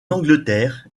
angleterre